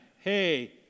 hey